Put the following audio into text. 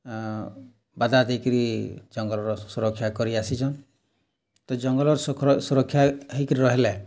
ଆଁ ଦେଇକରି ଜଙ୍ଗଲ୍ର ସୁରକ୍ଷା କରିଆସିଛନ୍ ତ ଜଙ୍ଗଲ୍ର ସୁରକ୍ଷା ହେଇକିରି ରହିଲେ